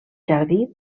jardí